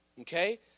Okay